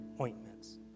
ointments